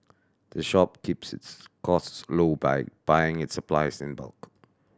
the shop keeps its costs low by buying its supplies in bulk